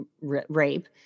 rape